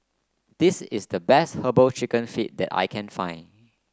this is the best herbal chicken feet that I can find